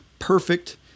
perfect